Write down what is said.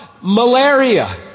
malaria